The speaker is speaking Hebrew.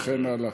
וכן הלאה.